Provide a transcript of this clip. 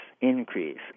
increase